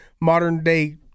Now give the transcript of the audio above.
modern-day